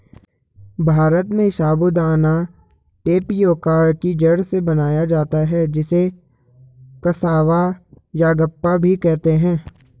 भारत में साबूदाना टेपियोका की जड़ से बनाया जाता है जिसे कसावा यागप्पा भी कहते हैं